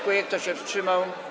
Kto się wstrzymał?